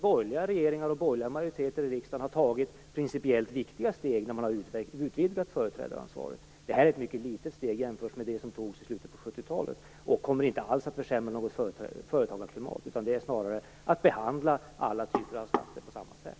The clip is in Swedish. Borgerliga regeringar och borgerliga majoriteter i riksdagen har tagit principiellt viktiga steg och utvidgat företrädaransvaret. Den ändring som nu föreslås är ett mycket litet steg jämfört med det som togs i slutet på 70-talet. Den kommer inte alls att försämra företagarklimatet. Den innebär snarare att vi behandlar alla typer av skatter på samma sätt.